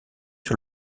sur